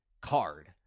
card